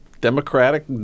democratic